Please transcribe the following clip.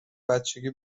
بچگی